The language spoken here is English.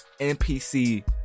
npc